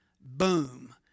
boom